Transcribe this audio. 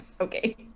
okay